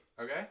okay